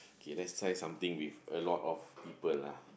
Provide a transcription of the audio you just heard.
okay let's try something with a lot of people ah